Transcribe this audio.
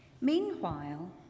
Meanwhile